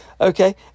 Okay